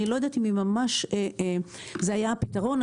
אני לא יודעת אם שם זה היה באמת הפתרון,